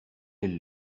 elle